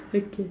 okay